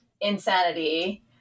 insanity